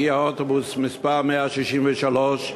הגיע אוטובוס מס' 163,